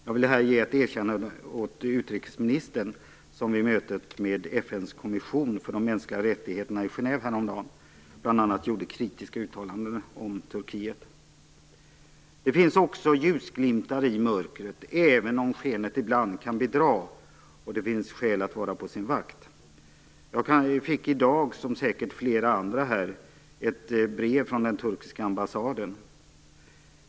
Jag vill här ge ett erkännande åt utrikesministern, som vid mötet med Genève häromdagen bl.a. gjorde kritiska uttalanden om Turkiet. Det finns också ljusglimtar i mörkret, även om skenet ibland kan bedra, och det finns skäl att vara på sin vakt. Jag fick i dag, liksom säkert flera andra, ett brev från den turkiska ambassaden.